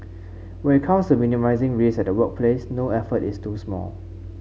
when it comes to minimising risks at the workplace no effort is too small